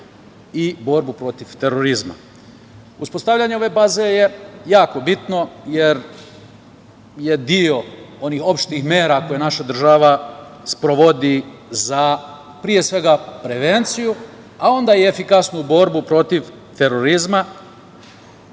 i borbu protiv terorizma. Uspostavljanjem ove baze je jako bitno, jer je deo onih opštih mera koje naša država sprovodi za pre svega, prevenciju, a onda i efikasnu borbu protiv terorizma,